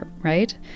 right